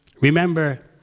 Remember